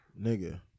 nigga